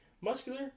muscular